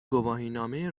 گواهینامه